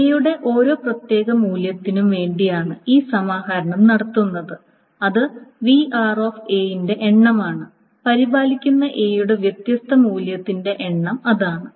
A യുടെ ഓരോ പ്രത്യേക മൂല്യത്തിനും വേണ്ടിയാണ് ഈ സമാഹരണം നടത്തുന്നത് അത് ന്റെ എണ്ണമാണ് പരിപാലിക്കുന്ന A യുടെ വ്യത്യസ്ത മൂല്യത്തിന്റെ എണ്ണം അതാണ്